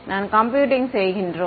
எனவே நாம் கம்ப்யூட்டிங் செய்கின்றோம்